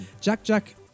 Jack-Jack